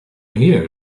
here